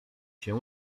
się